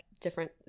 different